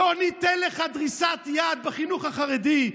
לא ניתן לך דריסת יד בחינוך החרדי,